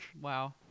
wow